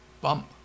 Bump